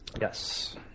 Yes